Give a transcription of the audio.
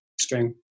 String